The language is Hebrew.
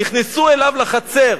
נכנסו אליו לחצר